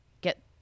get